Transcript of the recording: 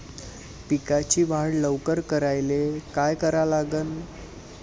पिकाची वाढ लवकर करायले काय करा लागन?